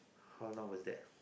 how long was that